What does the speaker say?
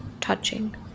touching